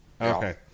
Okay